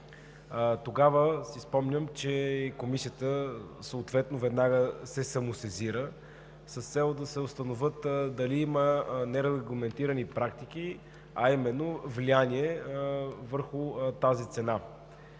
Тогава си спомням, че Комисията съответно веднага се самосезира с цел да се установи дали има нерегламентирани практики, а именно влияние върху тази цена.